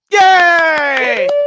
Yay